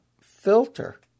filter